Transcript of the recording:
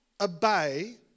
obey